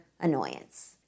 annoyance